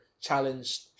challenged